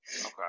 Okay